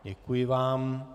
Děkuji vám.